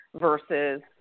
versus